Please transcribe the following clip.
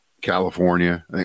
California